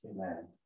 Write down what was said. Amen